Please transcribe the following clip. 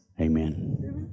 Amen